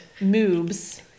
moobs